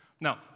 Now